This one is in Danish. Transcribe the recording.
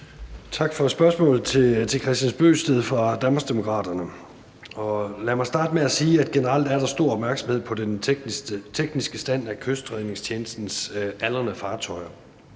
Tak til Kristian Bøgsted fra Danmarksdemokraterne for spørgsmålet. Lad mig starte med at sige, at der generelt er stor opmærksomhed på den tekniske stand af Kystredningstjenestens aldrende fartøjer,